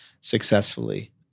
successfully